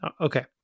okay